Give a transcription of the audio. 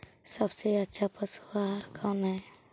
सबसे अच्छा पशु आहार कौन है?